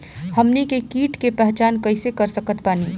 हमनी के कीट के पहचान कइसे कर सकत बानी?